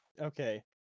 Okay